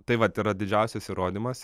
tai vat yra didžiausias įrodymas